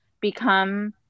become